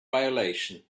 violation